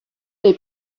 dei